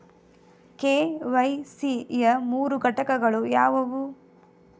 KYC ಯ ಮೂರು ಘಟಕಗಳು ಯಾವುವು?